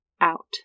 out